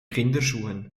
kinderschuhen